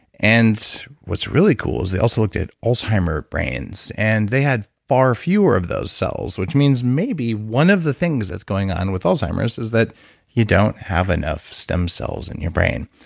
and what's really cool is they also looked at alzheimer's brains and they had far fewer of those cells, which means maybe one of the things that's going on with alzheimer's is that you don't have enough stem cells in your brain.